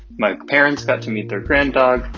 my parents got to meet their grand-dog.